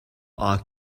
are